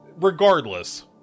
regardless